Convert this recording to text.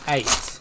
Eight